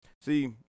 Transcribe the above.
See